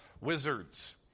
wizards